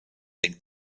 den